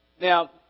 Now